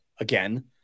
again